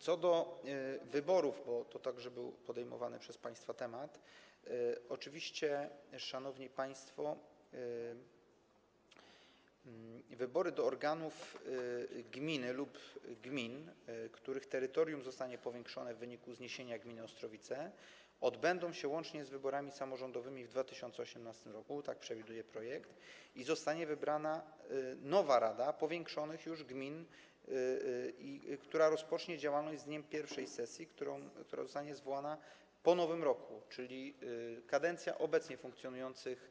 Co do wyborów, bo to także był podejmowany przez państwa temat, to oczywiście, szanowni państwo, wybory do organów gminy lub gmin, których terytorium zostanie powiększone w wyniku zniesienia gminy Ostrowice, odbędą się łącznie z wyborami samorządowymi w 2018 r. - tak przewiduje projekt - i zostanie wybrana nowa rada powiększonych już gmin, która rozpocznie działalność z dniem pierwszej sesji, która zostanie zwołana po Nowym Roku, czyli kadencja obecnie funkcjonujących